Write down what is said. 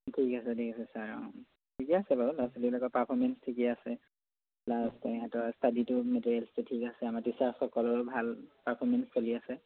কৰি আছে ঠিক আছে ছাৰ অঁ ঠিকেই আছে বাৰু ল'ৰা ছোৱালীবিলাকৰ পাৰ্ফৰ্মেন্স ঠিকেই আছে প্লাচ ইহঁতৰ ষ্টাডিটো মেটেৰিয়েলচটো ঠিক আছে আমাৰ টিচাৰসকলৰো ভাল পাৰ্ফৰ্মেন্স চলি আছে